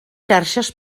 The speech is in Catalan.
xarxes